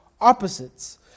opposites